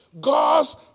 God's